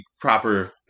proper